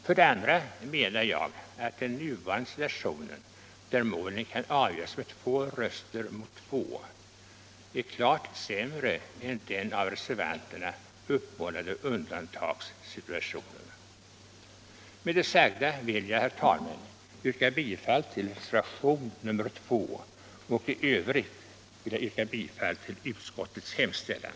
För det andra menar jag att den nuvarande situationen, där målen kan avgöras med två röster mot två, är klart sämre än den av reservanterna uppmålade undantagssituationen. Med det sagda vill jag, herr talman, yrka bifall till reservationen 2 och i övrigt till utskottets hemställan.